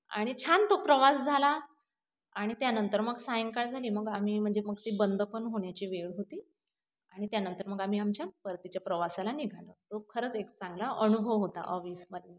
आणि छान तो प्रवास झाला आणि त्यानंतर मग सायंकाळ झाली मग आम्ही म्हणजे मग ती बंद पण होण्याची वेळ होती आणि त्यानंतर मग आम्ही आमच्या परतीच्या प्रवासाला निघालो तो खरंच एक चांगला अनुभव होता अविस्मरणीय